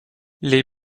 les